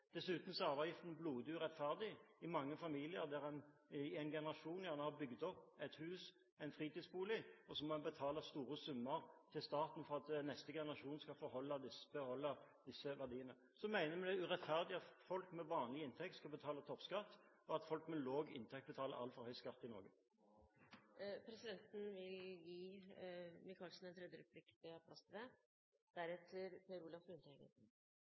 Dessuten er arveavgiften blodig urettferdig i mange familier hvor man i én generasjon gjerne har bygd opp et hus eller en fritidsbolig, og så må man betale store summer til staten for at neste generasjon skal få beholde disse verdiene. Vi mener også at det er urettferdig at folk med vanlig inntekt skal betale toppskatt, og at folk med lav inntekt betaler altfor høy skatt i Norge. Presidenten vil gi Micaelsen en tredje replikk; det er plass til det.